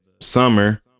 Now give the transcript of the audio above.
summer